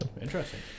Interesting